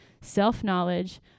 self-knowledge